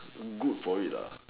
good for it